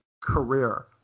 career